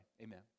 Amen